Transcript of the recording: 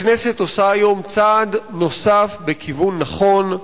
הכנסת עושה היום צעד נוסף בכיוון נכון.